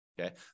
Okay